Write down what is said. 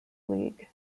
league